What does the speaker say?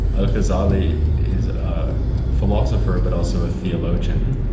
al-ghazali is a philosopher but also a theologian,